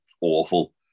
awful